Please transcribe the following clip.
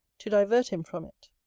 to divert him from it.